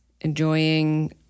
enjoying